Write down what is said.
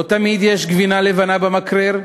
לא תמיד יש גבינה לבנה במקרר,